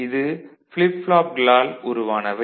இது flip flop களால் உருவானவை